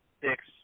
six